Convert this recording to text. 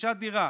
רכישת דירה,